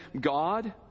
god